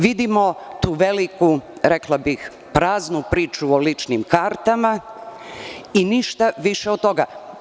Vidimo tu veliku, rekla bih praznu priču o ličnim kartama i ništa više od toga.